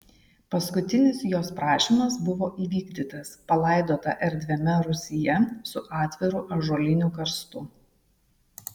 paskutinis jos prašymas buvo įvykdytas palaidota erdviame rūsyje su atviru ąžuoliniu karstu